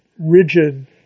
rigid